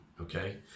okay